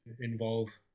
involve